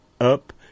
up